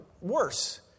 worse